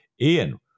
Ian